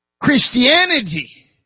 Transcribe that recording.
Christianity